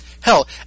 Hell